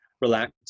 relax